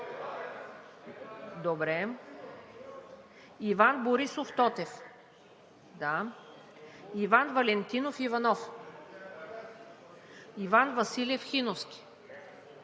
Иван Борисов Тотев - тук Иван Валентинов Иванов - тук Иван Василев Хиновски